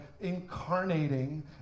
incarnating